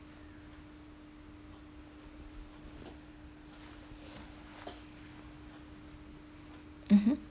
mmhmm